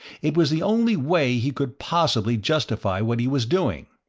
it was the only way he could possibly justify what he was doing.